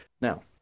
Now